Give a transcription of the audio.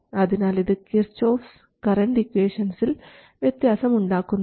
അതിനാൽ ഇത് Kirchhoff's current ഇക്വേഷൻസിൽ Kirchhoff's current equations വ്യത്യാസം ഉണ്ടാക്കുന്നില്ല